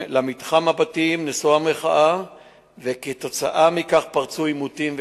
למתחם הבתים מושאי המחאה וכתוצאה מכך פרצו עימותים וקטטות.